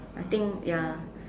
I think ya